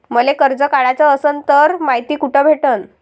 मले कर्ज काढाच असनं तर मायती कुठ भेटनं?